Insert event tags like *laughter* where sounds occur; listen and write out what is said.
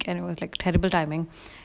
and it was terrible timing *breath*